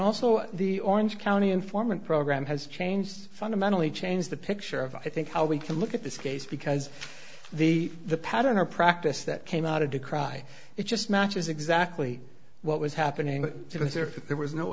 also the orange county informant program has changed fundamentally change the picture of i think how we can look at this case because the the pattern or practice that came out of decry it just matches exactly what was happening because if there was no